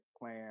plan